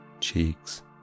cheeks